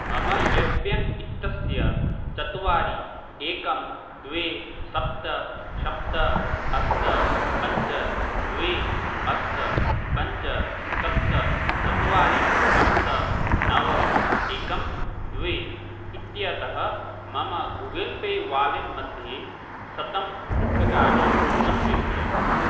मम S bank इत्यस्य चत्वारि एकं द्वे सप्त सप्त अष्ट पञ्च द्वे अष्ट पञ्च सप्त चत्वारि अष्ट नव एकं द्वे इत्यतः मम गुगल् पे वालेट् मध्ये शतं रूप्यकाणि धनं प्रेषय